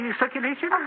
circulation